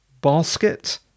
basket